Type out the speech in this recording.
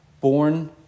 born